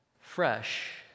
fresh